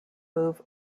move